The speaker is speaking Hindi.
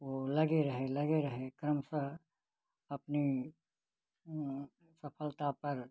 वह लगे रहें लगे रहें कर्म से अपनी सफलता पर